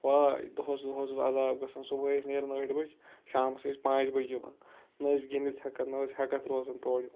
واے دُہس اوس عزاب گژھان صبُٮحٲے ٲسۍ نیران ٲٹھِ بَجہِ شامَس ٲسۍ پانٛژھِ بَجہِ یِوان نہ ٲسۍ گنٛدِتھ ہٮ۪کان نہ ٲسۍ ہٮ۪کَتھ روزان تورٕ یِوُن